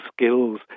skills